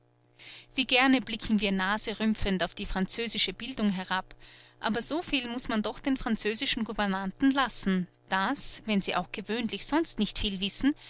wie gerne blicken wir naserümpfend auf die französische bildung herab aber so viel muß man doch den französischen gouvernanten lassen daß wenn sie auch gewöhnlich sonst nicht viel wissen